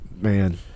man